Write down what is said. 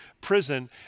prison